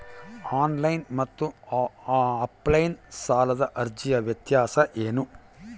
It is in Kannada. ಆನ್ಲೈನ್ ಮತ್ತು ಆಫ್ಲೈನ್ ಸಾಲದ ಅರ್ಜಿಯ ವ್ಯತ್ಯಾಸ ಏನು?